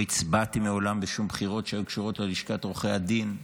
לא הצבעתי מעולם בשום בחירות שהיו קשורות ללשכת עורכי הדין,